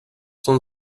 som